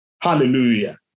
Hallelujah